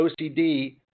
OCD